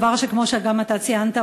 דבר שכמו שגם אתה ציינת,